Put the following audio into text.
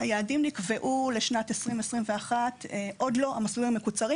היעדים נקבעו לשנת 2021. זה עוד לא המסלולים המקוצרים,